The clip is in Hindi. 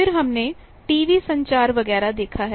फिर हमने टीवी संचार वगैरह देखा है